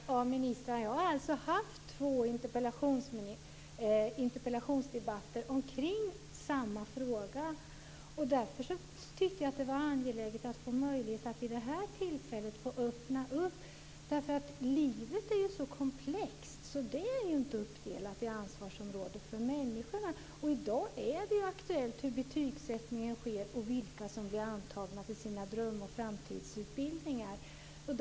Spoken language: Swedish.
Fru talman! Jag tackar för svaret, men det svaret har jag redan fått av ministrarna. Jag har alltså haft två interpellationsdebatter omkring samma fråga, och därför tyckte jag att det var angeläget att få möjlighet att vid detta tillfälle ta upp frågan. Livet är ju så komplext, så det är inte uppdelat i ansvarsområden för människorna. I dag är frågorna om hur betygssättningen sker och om vilka som blir antagna till sina dröm och framtidsutbildningar aktuella.